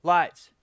lights